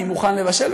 אני מוכן לבשל,